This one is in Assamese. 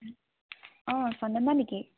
অঁ চন্দ্ৰমা নেকি